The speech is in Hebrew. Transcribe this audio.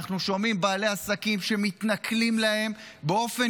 אנחנו שומעים בעלי עסקים שמתנכלים להם באופן